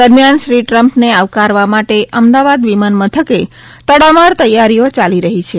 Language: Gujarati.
દરમિયાન શ્રી ટ્રમ્પને આવકારવા માટે અમદાવાદ વિમાનમથકે તડામાર તૈયારીઓ ચાલી રહી છે